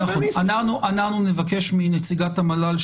אנחנו נבקש מנציגת המל"ל,